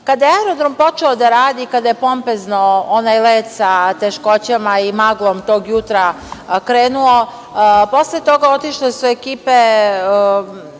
je aerodrom počeo da radi, kada je pompezno onaj let sa teškoćama i maglom tog jutra krenuo, posle toga su otišle ekipe